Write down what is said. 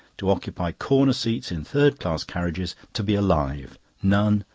to occupy corner seats in third-class carriages, to be alive? none,